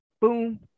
Boom